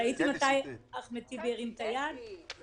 ראיתי מתי אחמד טיבי הרים את היד וכדאי